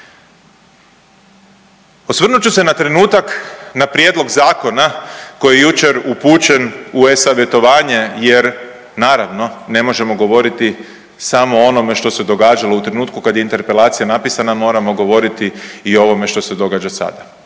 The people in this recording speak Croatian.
Osvrnut ću se na trenutak na prijedlog zakona koji je jučer upućen u e-savjetovanje jer naravno ne možemo govoriti samo o onome što se događalo u trenutku kad je interpelacija napisana, moramo govoriti i ovome što se događa sada.